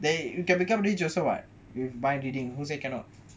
you can become rich also [what] with mind reading who say cannot